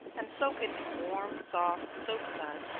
and soak it in warm soft soap suds,